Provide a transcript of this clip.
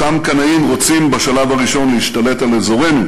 אותם קנאים רוצים בשלב הראשון להשתלט על אזורנו,